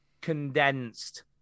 condensed